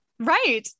Right